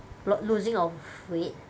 lo~ losing of weight